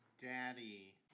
daddy